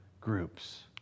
groups